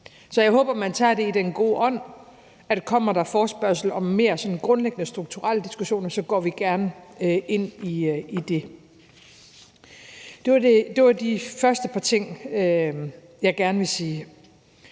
Så jeg håber, man tager det i den gode ånd, og kommer der forespørgsler om mere sådan grundlæggende strukturelle diskussioner, går vi gerne ind i det. Det var de første par ting, jeg gerne ville sige.